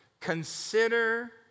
Consider